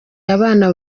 abana